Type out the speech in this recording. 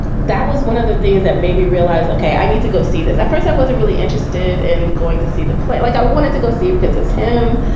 that was one of the things that made me realize, ok, i need to go see this. at first i wasn't really interested in going to see the play like i wanted to go see because it's him.